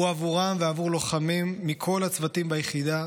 הוא עבורם ועבור לוחמים מכל הצוותים ביחידה